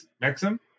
Maxim